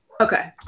Okay